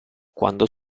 quando